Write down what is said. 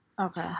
Okay